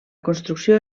construcció